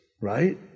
right